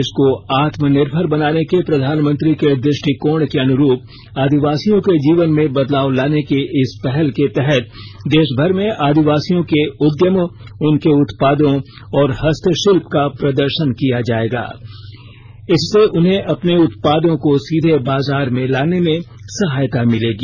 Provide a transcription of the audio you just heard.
देश को आत्मनिर्भर बनाने के प्रधानमंत्री के दृष्टिकोण के अनुरूप आदिवासियों के जीवन में बदलाव लाने की इस पहल के तहत देशभर में आदिवासियों के उद्यमों उनके उत्पादों और हस्तशिल्प का प्रदर्शन किया जाएगा इससे उन्हें अपने उत्पादों को सीधे बाजार में लाने में सहायता मिलेगी